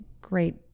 great